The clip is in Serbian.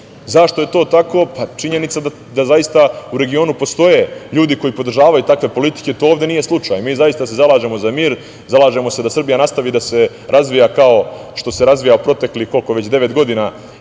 je to tako? Činjenica da zaista u regionu postoje ljudi koji podržavaju takve politike, to ovde nije slučaj. Mi se zaista zalažemo za mir, zalažemo se da Srbija nastavi da se razvija kao što se razvija, koliko već, proteklih devet godina